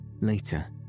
Later